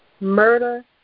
Murder